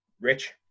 Rich